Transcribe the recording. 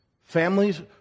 families